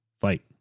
Fight